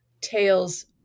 tales